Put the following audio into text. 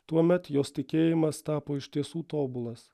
tuomet jos tikėjimas tapo iš tiesų tobulas